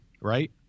Right